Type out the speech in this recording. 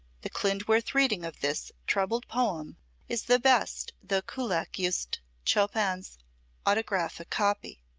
the klindworth reading of this troubled poem is the best though kullak used chopin's autographic copy.